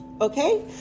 Okay